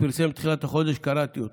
שפרסם בתחילת החודש, קראתי אותו,